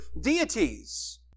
deities